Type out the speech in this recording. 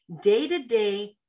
day-to-day